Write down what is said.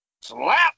Slap